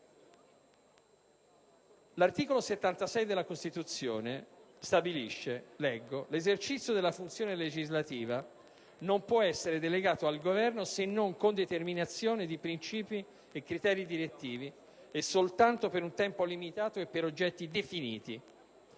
L'articolo 76 della Costituzione stabilisce che: «L'esercizio della funzione legislativa non può essere delegato al Governo se non con determinazione di principi e criteri direttivi e soltanto per tempo limitato e per oggetti definiti».